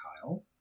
Kyle